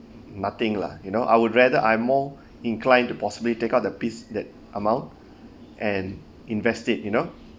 nothing lah you know I would rather I more inclined to possibly take out the piece that amount and invest it you know